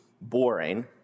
boring